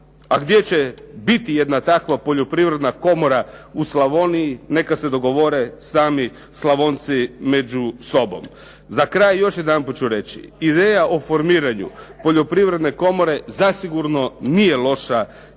A gdje će biti jedna takva Poljoprivredna komora u Slavoniji neka se dogovore sami Slavonci među sobom. Za kraj još jedanput ću reći. Ideja o formiranju Poljoprivredne komore zasigurno nije loša